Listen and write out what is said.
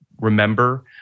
remember